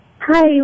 Hi